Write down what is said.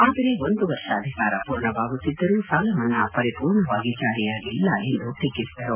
ಆದರೆ ಒಂದು ವರ್ಷ ಅಧಿಕಾರ ಪೂರ್ಣವಾಗುತ್ತಿದ್ದರೂ ಸಾಲಮನ್ನಾ ಪರಿಪೂರ್ಣವಾಗಿ ಜಾರಿಯಾಗಿಲ್ಲ ಎಂದು ಟೀಕಿಸಿದರು